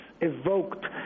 evoked